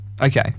Okay